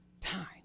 time